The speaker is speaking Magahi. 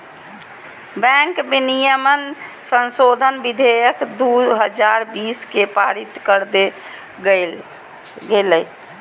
बैंक विनियमन संशोधन विधेयक दू हजार बीस के पारित कर देल गेलय